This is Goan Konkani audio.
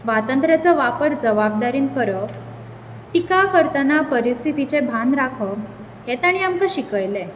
स्वातंत्र्याचो वापर जबाबदारेन करप टिका करतना परीस्थीतीचें भान राखप हें ताणी आमकां शिकयलें